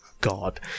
God